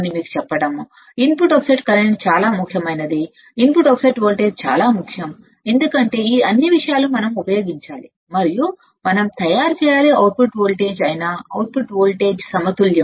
మీకు చెప్పడం input offset current చాలా ముఖ్యమైనది ఇన్పుట్ ఆఫ్సెట్ వోల్టేజ్ చాలా ముఖ్యం ఎందుకంటే ఈ అన్ని విషయాలు మనం ఉపయోగించాలి మరియు మనం తయారు చేయాలి అవుట్పుట్ వోల్టేజ్ అయిన అవుట్పుట్ వోల్టేజ్ సమ తుల్యం